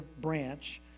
branch